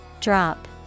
Drop